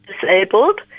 disabled